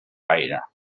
gaire